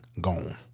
gone